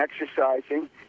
exercising